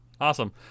awesome